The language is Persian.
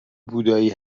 بودایی